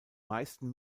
meisten